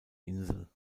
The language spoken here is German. insel